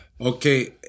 Okay